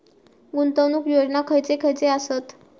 गुंतवणूक योजना खयचे खयचे आसत?